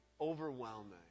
overwhelming